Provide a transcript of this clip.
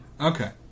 Okay